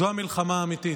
זו המלחמה האמיתית,